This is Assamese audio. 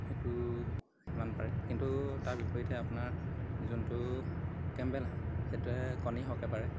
সেইটো সিমান পাৰে কিন্তু তাৰ বিপৰীতে আপোনাৰ যোনটো কেম্বেল হাঁহ সেইটোৱে কণী সৰহকৈ পাৰে